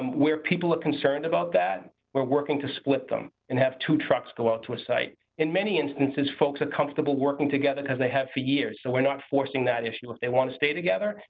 where people are concerned about that we're working to split them and have two trucks go out to a site. in many instances folks are comfortable working together because they have for years so we're not forcing that issue. if they want to stay together,